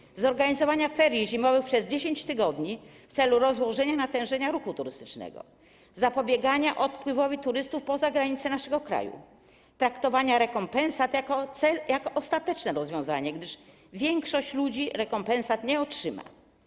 Chodzi o zorganizowanie ferii zimowych przez 10 tygodni w celu rozłożenia natężenia ruchu turystycznego, zapobieganie odpływowi turystów poza granice naszego kraju, traktowanie rekompensat jako ostatecznego rozwiązania, gdyż większość ludzi rekompensat nie otrzyma.